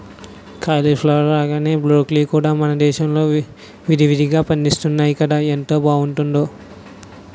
cauliflower లాగానే broccoli కూడా మనదేశంలో విరివిరిగా పండిస్తున్నాము కదా ఎంత బావుంటుందో